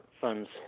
funds